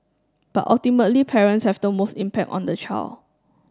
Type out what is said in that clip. but ultimately parents have the most impact on the child